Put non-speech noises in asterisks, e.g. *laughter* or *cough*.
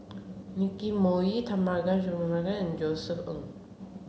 Nicky Moey Tharman *unintelligible* Josef Ng